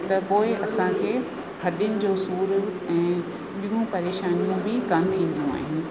त पोइ असांखे हॾियुनि जो सूरु ऐं ॿियूं परेशानियूं बि कोन थींदियूं आहिनि